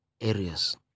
areas